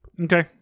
Okay